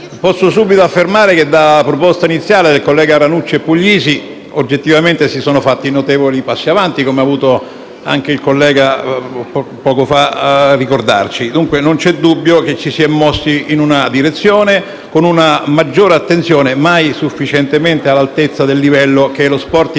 posso subito affermare che, dalla proposta iniziale dei colleghi Ranucci e Puglisi, oggettivamente si sono fatti notevoli passi in avanti, come anche il collega poco fa ha voluto ricordarci. Dunque, non vi è dubbio che ci si è mossi in una direzione, con una maggiore attenzione mai sufficientemente all'altezza del livello che lo sport italiano e